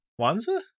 Wanza